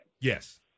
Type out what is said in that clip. Yes